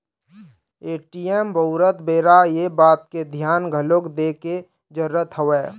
ATM बउरत बेरा ये बात के धियान घलोक दे के जरुरत हवय